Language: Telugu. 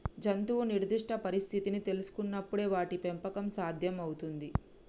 జంతువు నిర్దిష్ట పరిస్థితిని తెల్సుకునపుడే వాటి పెంపకం సాధ్యం అవుతుంది